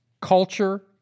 culture